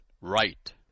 right